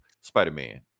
spider-man